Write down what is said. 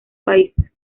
países